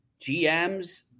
GMs